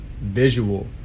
visual